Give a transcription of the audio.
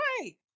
right